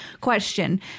question